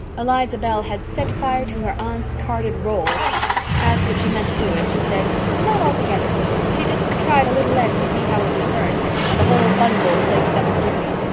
eliza bell had set fire to her aunt's carded rolls asked if she meant to do it she said, not altogether she just tried a little end to see how it would burn and the whole bundle blazed up in a jiffy.